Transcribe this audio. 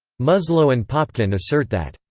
muslow and popkin assert that,